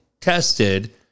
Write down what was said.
tested